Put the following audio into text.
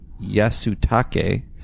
Yasutake